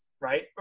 right